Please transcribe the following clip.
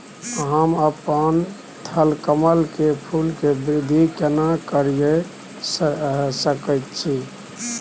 हम अपन थलकमल के फूल के वृद्धि केना करिये सकेत छी?